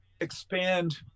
expand